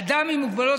אדם עם מוגבלות,